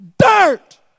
Dirt